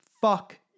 Fuck